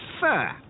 fur